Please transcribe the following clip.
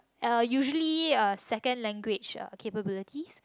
uh usually uh second language uh capabilities